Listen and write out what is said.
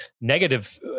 negative